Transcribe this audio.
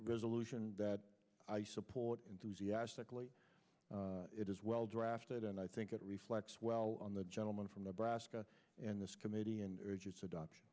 resolution that i support enthusiastically it is well drafted and i think it reflects well on the gentleman from nebraska and this committee and urges adoption